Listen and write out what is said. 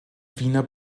wiener